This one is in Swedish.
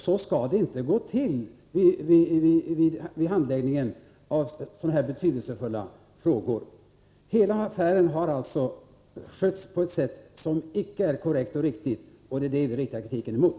Så skall det inte gå till vid en handläggning av så betydelsefulla Utnämning av frågor. statsråd till visst Hela affären har alltså skötts på ett sätt som inte är korrekt och riktigt, och ämbete, m.m. det är detta vi riktar kritik mot.